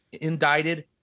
indicted